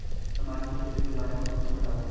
सामजिक क्षेत्र के बारे मा कुछु बतावव?